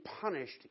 punished